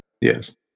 Yes